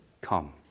Come